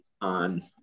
on